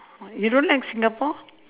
you don't like singapore